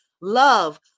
love